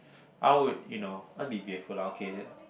I would you know I'd be grateful lah okay